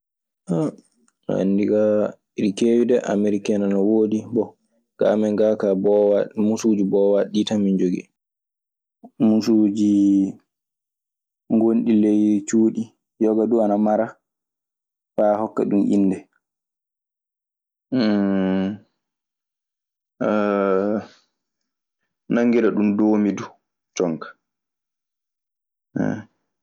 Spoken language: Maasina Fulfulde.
mi anndikaa, eɗi keewi dee, Ameriken ana woodi. Bon, ga amen gaa kaa, muusuuji boowaaɗi ɗii tan min jogii. Muusuuji ngonɗi ley cuuɗi, yoga duu ana mara faa hokka ɗun innde. Nanngira ɗun doombi ɗun jonka.